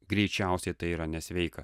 greičiausiai tai yra nesveika